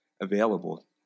available